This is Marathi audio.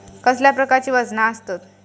कसल्या प्रकारची वजना आसतत?